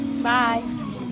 Bye